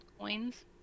coins